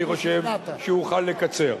אני חושב שאוכל לקצר.